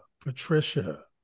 Patricia